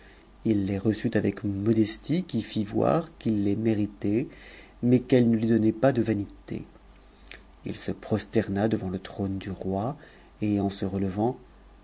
h les reçut avec une modestie qui fit voir tu'i les méritait mais qu'elles ne lui donnaient pas de vanité il se pros tct'na devant le trône du roi et en se relevant